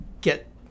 get